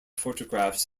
photographs